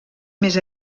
més